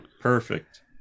Perfect